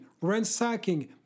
ransacking